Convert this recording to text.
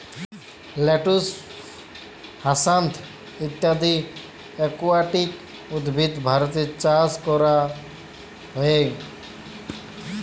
lettuce, hyacinth ইত্যদি aquatic উদ্ভিদ ভারতে চাস ক্যরা হ্যয়ে